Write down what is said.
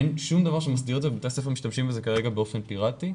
אין שום דבר שמסדיר את זה ובתי הספר משתמשים בזה כרגע באופן פיראטי.